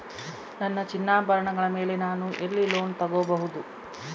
ನನ್ನ ಚಿನ್ನಾಭರಣಗಳ ಮೇಲೆ ನಾನು ಎಲ್ಲಿ ಲೋನ್ ತೊಗೊಬಹುದು?